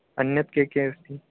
अन्ये के के अस्ति